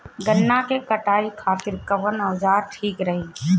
गन्ना के कटाई खातिर कवन औजार ठीक रही?